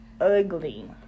ugly